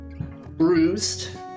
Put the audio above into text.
bruised